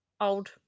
old